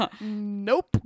Nope